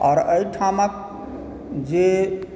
आओर अहिठामके जे